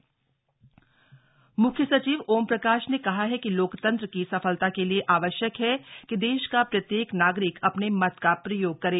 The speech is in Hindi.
मख्य सचिव शपथ म्ख्य सचिव ओमप्रकाश ने कहा है कि लोकतंत्र की सफलता के लिए आवश्यक है कि देश का प्रत्येक नागरिक अपने मत का प्रयोग करे